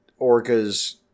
orcas